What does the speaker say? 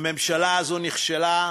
הממשלה הזו נכשלה.